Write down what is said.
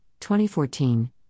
2014